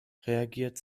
reagiert